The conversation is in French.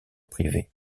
privé